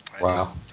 Wow